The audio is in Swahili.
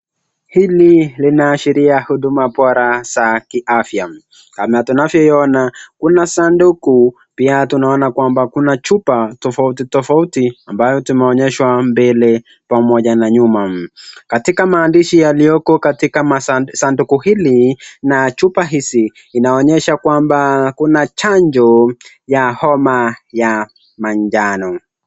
Hili linaashiria huduma bora za kiafya kama tunavyoiona kuna sanduku, pia tunaona kwamba kuna chupa tofauti tofauti ambayo tumeonyeshwa mbele pamoja na nyuma. Katika maandishi yaliyoko katika masanduku hili na chupa hizi inaonyesha kwamba kuna chanjo ya homa ya manjano.